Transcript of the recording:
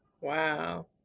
wow